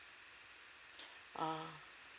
ah